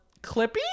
Clippy